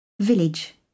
Village